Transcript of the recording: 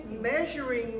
measuring